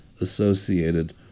associated